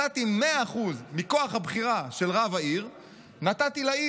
ונתתי 100% מכוח הבחירה של רב העיר לעיר,